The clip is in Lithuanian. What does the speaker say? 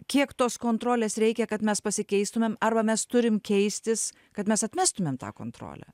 kiek tos kontrolės reikia kad mes pasikeistumėm arba mes turim keistis kad mes atmestumėm tą kontrolę